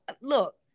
look